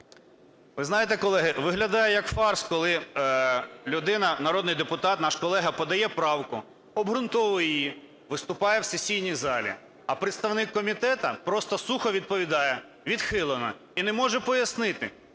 Ви знаєте, колеги, виглядає як фарс, коли людина, народний депутат, наш колега, подає правку, обґрунтовує її, виступає в сесійній залі, а представник комітету просто сухо відповідає – відхилено. І не може пояснити,